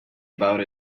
about